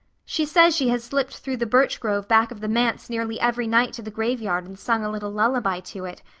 she says she has slipped through the birch grove back of the manse nearly every night to the graveyard and sung a little lullaby to it.